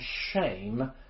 shame